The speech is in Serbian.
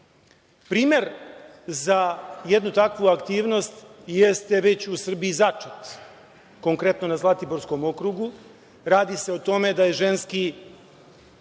Primer za jednu takvu aktivnost jeste već u Srbiji začet, konkretno na Zlatiborskom okrugu, a radi se o tome da Ženski